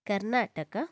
Karnataka